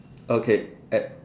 okay at